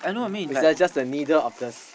it's like just the needle of this